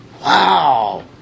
Wow